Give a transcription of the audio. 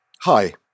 Hi